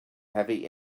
heavy